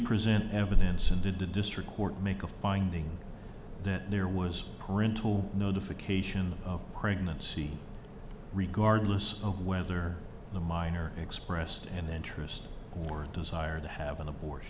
present evidence and did the district court make a finding that there was a parental notification of pregnancy regardless of whether the minor expressed an interest or desire to have an abortion